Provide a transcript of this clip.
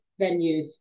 venues